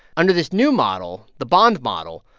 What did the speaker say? under this new model, the bond model,